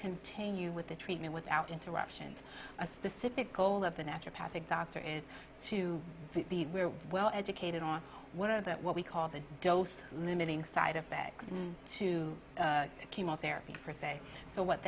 continue with the treatment without interruptions a specific goal of the natural path the doctor is to be we're well educated on whatever that what we call the dose limiting side effects and two chemotherapy per se so what